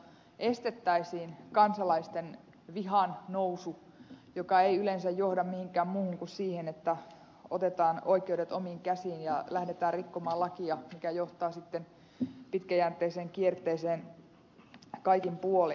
estettäisiin kansalaisten vihan nousu joka ei yleensä johda mihinkään muuhun kuin siihen että otetaan oikeudet omiin käsiin ja lähdetään rikkomaan lakia mikä johtaa sitten pitkäjänteiseen kierteeseen kaikin puolin